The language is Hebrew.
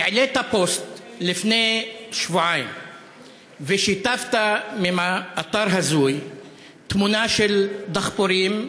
העלית פוסט לפני שבועיים ושיתפת מאתר הזוי תמונה של דחפורים,